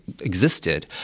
existed